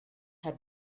had